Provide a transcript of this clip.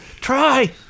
Try